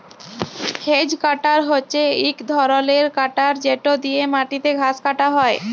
hedge cutter হছে ইক ধরলের কাটার যেট দিঁয়ে মাটিতে ঘাঁস কাটা হ্যয়